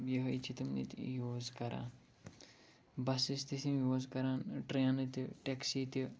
یِہوٚے چھِ تِم ییٚتہِ یوٗز کَران بَسٕز تہِ چھِ تِم یوٗز کَران ٹرٛینہٕ تہِ ٹیکسی تہِ